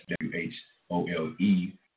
W-H-O-L-E